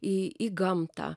į į gamtą